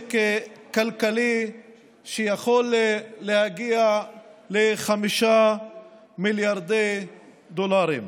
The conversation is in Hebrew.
נזק כלכלי שיכול להגיע ל-5 מיליארד דולר.